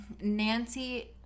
nancy